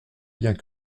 biens